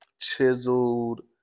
chiseled